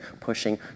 pushing